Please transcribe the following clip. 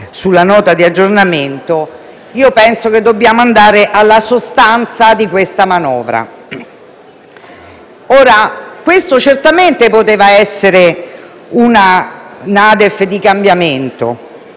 sulla Nota di aggiornamento, penso che dobbiamo andare alla sostanza di questa manovra. Questa certamente poteva essere una Nota di aggiornamento